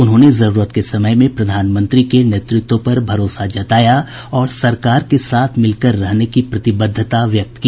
उन्होंने जरूरत के समय में प्रधानमंत्री के नेतृत्व पर भरोसा जताया और सरकार के साथ मिलकर रहने की प्रतिबद्धता व्यक्त की